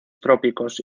trópicos